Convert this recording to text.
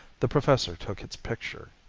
the professor took its picture.